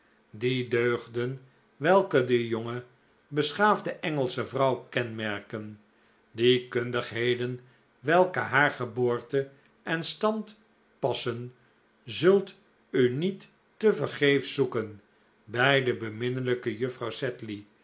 die deugden welke de jonge beschaafde engelsche vrouw kenmerken die kundigheden welke haar geboorte en stand passen zult u niet tevergeefs zoeken bij de beminnelijke juffrouw sedley